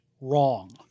wrong